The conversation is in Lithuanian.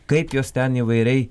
kaip jos ten įvairiai